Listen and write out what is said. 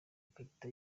ikarita